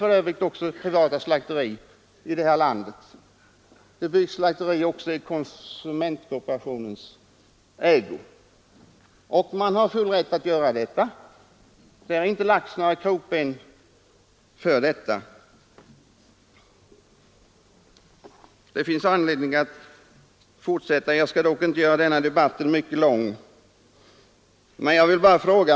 Det byggs också privata slakterier här i landet. Även konsumentkooperationen bygger slakterier. Man har full rätt att göra det — det har inte lagts hinder i vägen härför. Det finns mycket mer att säga, men jag skall inte onödigtvis förlänga denna debatt.